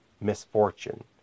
misfortune